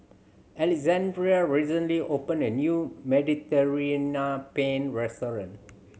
Alexandrea recently opened a new Mediterranean Penne restaurant